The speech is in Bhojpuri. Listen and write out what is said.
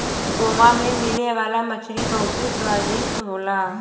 गोवा में मिले वाला मछरी बहुते स्वादिष्ट होला